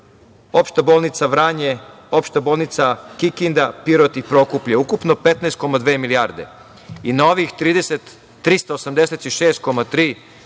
Opšta bolnica Vranje, opšta bolnica Kikinda, Pirot i Prokuplje, ukupno 15,2 milijarde. Na ovih 386,3, dolazimo